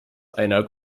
einer